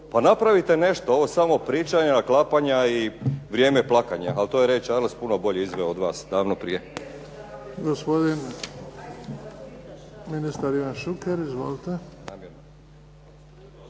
Pa napravite nešto. Ovo je samo pričanje, naklapanje, vrijeme plakanja. Ali to je Ray Charles puno bolje izveo od vas davno prije.